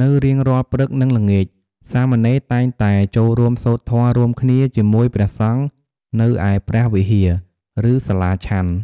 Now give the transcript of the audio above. នៅរៀងរាល់ព្រឹក និងល្ងាច សាមណេរតែងតែចូលរួមសូត្រធម៌រួមគ្នាជាមួយព្រះសង្ឃនៅឯព្រះវិហារ ឬសាលាឆាន់។